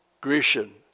Grecian